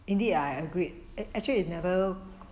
indeed I I agreed act~ actually it never